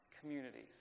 communities